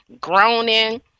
groaning